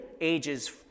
ages